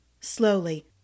slowly